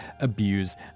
abuse